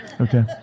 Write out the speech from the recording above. Okay